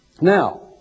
Now